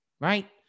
right